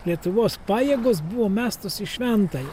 lietuvos pajėgos buvo mestos į šventąją